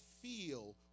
feel